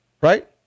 right